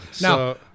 Now